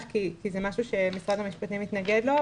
וגנר כי זה משהו שמשרד המשפטים התנגד לו.